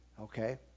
okay